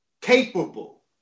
capable